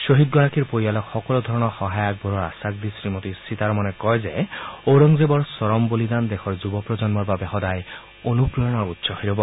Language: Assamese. খ্হীদগৰাকীৰ পৰিয়ালক সকলো ধৰণৰ সহায় আগবঢ়োৱাৰ আখাস দি শ্ৰীমতী সীতাৰমনে কয় যে ঔৰংগজেৱৰ চৰম বলিদান দেশৰ যুৱ প্ৰজন্মৰ বাবে সদায় অনুপ্ৰেৰণাৰ উৎস হৈ ৰ'ব